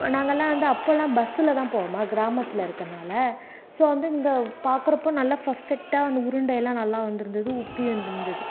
நாங்கலாம் வந்து அப்போலாம் பஸ்ஸில தான் போவோமா கிராமத்தில் இருக்கறதுனால ஸோ வந்து இந்த பார்க்குறப்ப நல்லா பர்ஃபெக்ட்டாக அந்த உருண்டைலாம் நல்லா வந்திருந்தது உப்பி வந்து இருந்தது